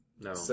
No